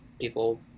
people